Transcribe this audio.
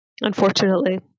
Unfortunately